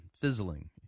fizzling